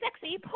sexy